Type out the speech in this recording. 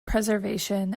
preservation